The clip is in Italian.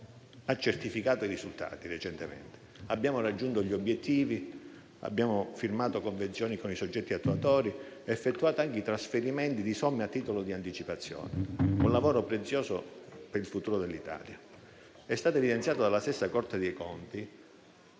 certificato i risultati. Abbiamo raggiunto gli obiettivi, abbiamo firmato convenzioni con i soggetti attuatori ed effettuato anche i trasferimenti di somme a titolo di anticipazioni; un lavoro prezioso per il futuro dell'Italia. È stato evidenziato dalla stessa Corte dei conti